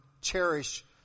cherish